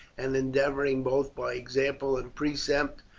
and endeavouring, both by example and precept,